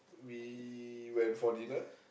we went for dinner